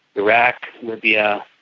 iraq, libya,